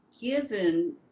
given